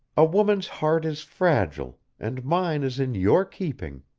a woman's heart is fragile, and mine is in your keeping.